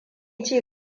ci